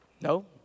No